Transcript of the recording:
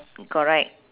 correct